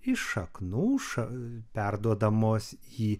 iš šaknų ša perduodamos į